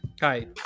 Hi